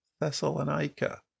Thessalonica